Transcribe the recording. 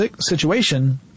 situation